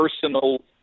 personal